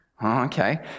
Okay